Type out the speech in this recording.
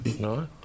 No